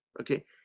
Okay